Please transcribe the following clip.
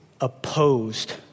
opposed